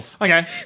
Okay